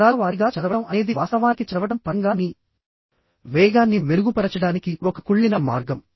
కాబట్టిపదాల వారీగా చదవడం అనేది వాస్తవానికి చదవడం పరంగా మీ వేగాన్ని మెరుగుపరచడానికి ఒక కుళ్ళిన మార్గం